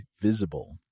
Visible